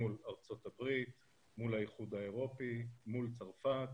מול ארצות הברית, מול האיחוד האירופי, מול צרפת.